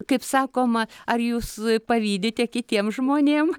kaip sakoma ar jūs pavydite kitiem žmonėm